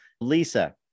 Lisa